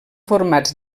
formats